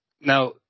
Now